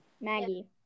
Maggie